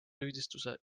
süüdistuse